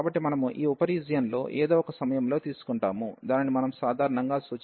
కాబట్టి మనము ఈ ఉప రీజియన్ లో ఏదో ఒక సమయంలో తీసుకుంటాము దానిని మనం సాధారణంగా సూచించవచ్చు xj yj